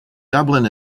dublin